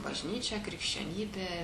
bažnyčia krikščionybė